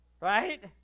Right